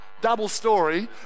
double-story